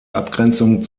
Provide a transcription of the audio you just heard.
abgrenzung